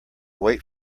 wait